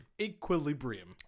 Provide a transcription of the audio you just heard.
Equilibrium